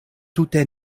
tute